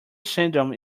syndrome